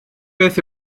beth